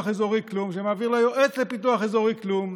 אזורי כלום שמעביר ליועץ לפיתוח אזורי כלום.